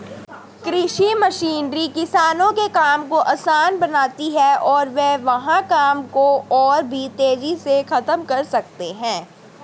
कृषि मशीनरी किसानों के काम को आसान बनाती है और वे वहां काम को और भी तेजी से खत्म कर सकते हैं